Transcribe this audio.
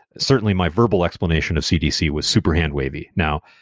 certainly, my verbal explanation of cdc was super hand-wavy. now,